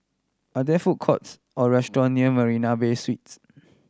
are there food courts or restaurant near Marina Bay Suites